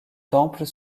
temples